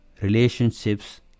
relationships